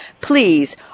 Please